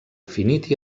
finit